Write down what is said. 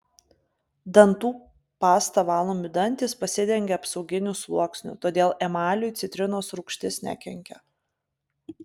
dantų pasta valomi dantys pasidengia apsauginiu sluoksniu todėl emaliui citrinos rūgštis nekenkia